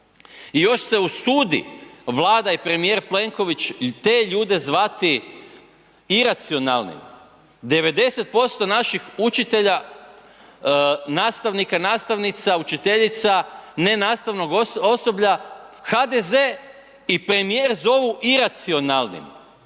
I još se usudi Vlada i premijer Plenković te ljude zvati iracionalnim. 90% naših učitelja, nastavnika, nastavnica, učiteljica, ne nastavnog osoblja HDZ i premijer zovu iracionalnim.